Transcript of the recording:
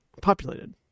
populated